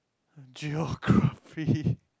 geography